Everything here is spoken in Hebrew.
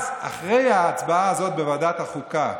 אחרי ההצבעה הזאת בוועדת החוקה,